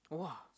!wah!